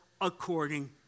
according